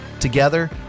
Together